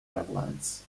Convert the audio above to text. netherlands